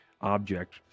object